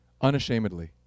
unashamedly